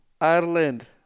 Ireland